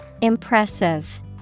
Impressive